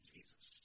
Jesus